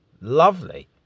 lovely